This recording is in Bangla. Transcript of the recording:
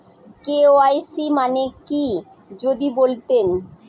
কে.ওয়াই.সি মানে কি যদি বলতেন?